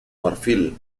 marfil